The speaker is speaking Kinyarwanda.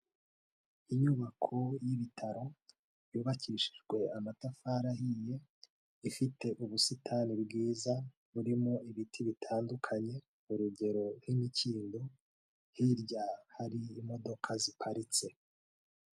Inyubako y'ibitaro yubakishijwe amatafari ahiye ifite ubusitani bwiza burimo ibiti bitandukanye, urugero nk'imikindo hirya hari imodoka ziparitse.